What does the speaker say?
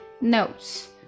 notes